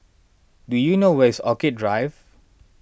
do you know where is Orchid Drive